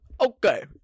Okay